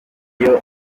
iyo